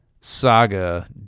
saga